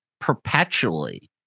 perpetually